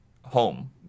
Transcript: home